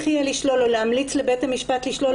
צריך יהיה להמליץ לבית המשפט לשול,